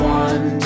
one